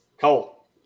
Cole